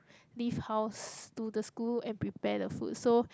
leave house to the school and prepare the food so